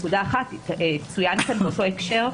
צוין כאן באותו הקשר,